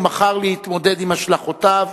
ומחר להתמודד עם השלכותיו.